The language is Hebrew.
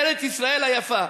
ארץ-ישראל היפה.